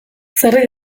zer